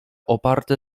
oparte